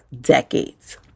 decades